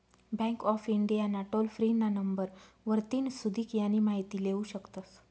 bank of India ना toll free ना number वरतीन सुदीक यानी माहिती लेवू शकतस